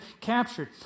captured